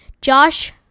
Josh